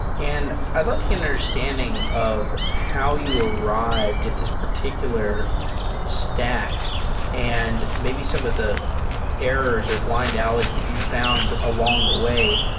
and i'd like to get an understanding of how you arrived at this particular stack and maybe some of the errors or blind alleys that you've found along the way.